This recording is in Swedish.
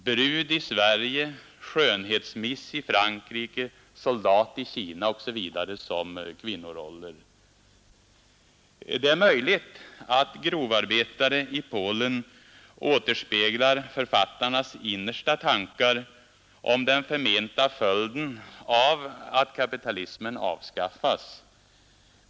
brud i Sverige. skönhetsmiss i Frankrike. soldat i Kina osv. som kvinnoroller. Det är möjligt att ”grovarbetare i Polen” återspeglar författarnas innersta tankar om den förmenta följden av att kapitalismen avskatfas.